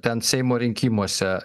ten seimo rinkimuose